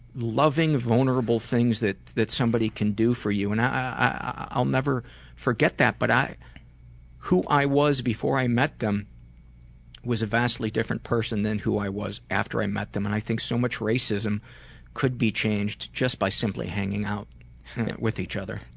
loving, vulnerable things that that somebody can do for you and i'll never forget that but who i was before i met them was a vastly different person than who i was after i met them and i think so much racism could be changed just by simply hanging out with each other.